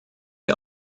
wir